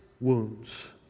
wounds